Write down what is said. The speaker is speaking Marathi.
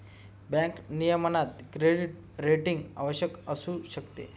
बँक नियमनात क्रेडिट रेटिंग आवश्यक असू शकते